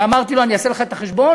אמרתי לו: אני אעשה לך את החשבון